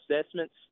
assessments